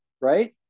Right